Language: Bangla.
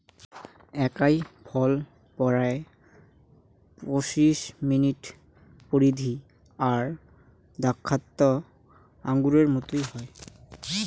আকাই ফল পরায় পঁচিশ মিমি পরিধি আর দ্যাখ্যাত আঙুরের মতন হই